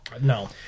No